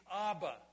Abba